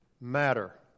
matter